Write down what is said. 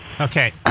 Okay